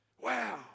Wow